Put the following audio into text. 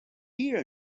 here